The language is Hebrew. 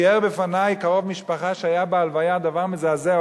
תיאר בפני קרוב משפחה שהיה בהלוויה דבר מזעזע,